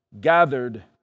gathered